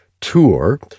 tour